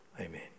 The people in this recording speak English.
Amen